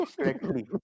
correctly